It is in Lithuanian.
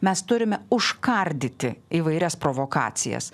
mes turime užkardyti įvairias provokacijas